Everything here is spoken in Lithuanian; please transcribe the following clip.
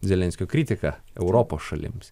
zelenskio kritika europos šalims